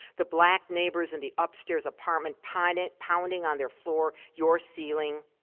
the black neighbors in the upstairs apartment pounding pounding on their floor, your ceiling,